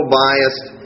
biased